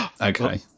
Okay